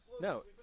No